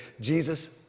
Jesus